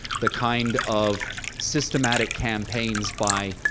the kind of systematic campaigns by